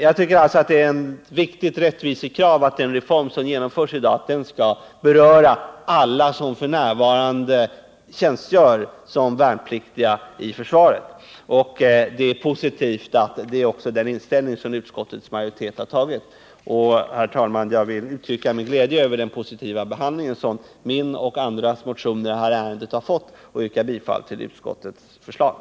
Jag tycker alltså att det är ett rättvisekrav att den reform som genomförs i dag skall beröra alla som f.n. tjänstgör såsom värnpliktiga inom försvaret. Det är positivt att också utskottets majoritet har den inställningen. Jag vill uttrycka min glädje över den positiva behandling som min och andra motioner i detta ärende har fått och yrkar bifall till utskottets hemställan.